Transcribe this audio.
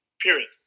period